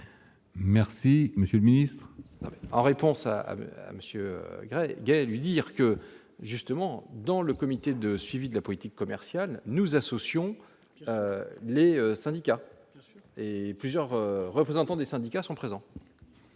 Merci, Monsieur le Ministre. En réponse à monsieur, il y a, lui dire que justement dans le comité de suivi de la politique commerciale, nous associons les syndicats et plusieurs représentants des syndicats sont présents.